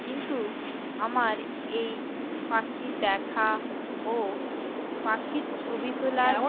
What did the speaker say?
কিন্তু আমার এই পাখি দেখা ও পাখির ছবি তোলার